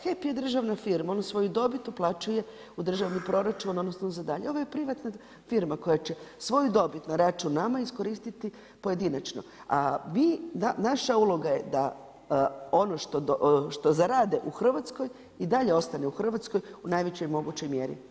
HEP je državna firma, on svoju dobit uplaćuje u državni proračun, odnosno za dalje, ovo je privatna firma koja će svoju dobit na račun nama iskoristiti pojedinačno, a naša uloga je da ono što zarade u Hrvatskoj i dalje ostane u Hrvatskoj u najvećoj mogućoj mjeri.